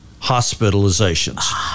hospitalizations